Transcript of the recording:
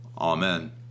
amen